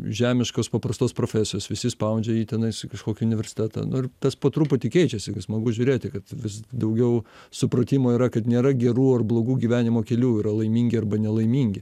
žemiškos paprastos profesijos visi spaudžia jį tenais į kažkokį universitetą nu ir tas po truputį keičiasi smagu žiūrėti kad vis daugiau supratimo yra kad nėra gerų ar blogų gyvenimo kelių yra laimingi arba nelaimingi